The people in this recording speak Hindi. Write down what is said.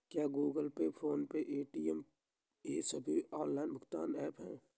क्या Google Pay PhonePe Paytm ये सभी ऑनलाइन भुगतान ऐप हैं?